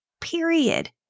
period